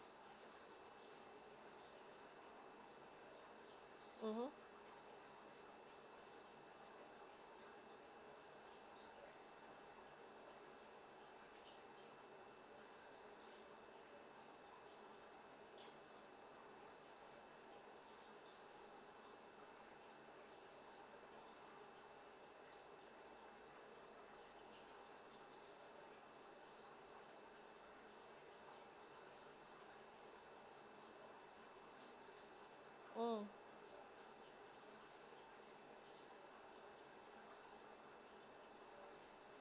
mmhmm mm